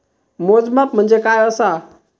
मोजमाप म्हणजे काय असा?